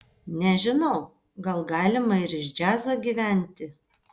nežinau gal galima ir iš džiazo gyventi